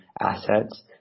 assets